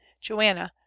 Joanna